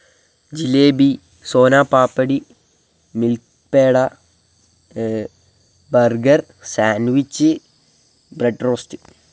jalebi soan papdi milk peda burger sandwich bread roast